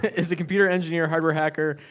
is a computer engineer, hardware hacker,